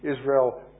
Israel